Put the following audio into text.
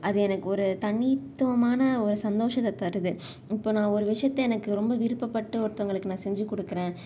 அது எனக்கு ஒரு தனித்துவமான ஒரு சந்தோஷத்தை தருது இப்போ நான் ஒரு விஷயத்த எனக்கு ரொம்ப விருப்பப்பட்டு ஒருத்தவர்களுக்கு நான் செஞ்சு கொடுக்குறேன்